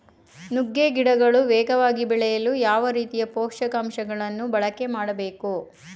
ನುಗ್ಗೆ ಗಿಡಗಳು ವೇಗವಾಗಿ ಬೆಳೆಯಲು ಯಾವ ರೀತಿಯ ಪೋಷಕಾಂಶಗಳನ್ನು ಬಳಕೆ ಮಾಡಬೇಕು?